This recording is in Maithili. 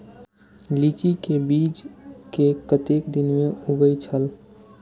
लीची के बीज कै कतेक दिन में उगे छल?